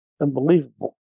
unbelievable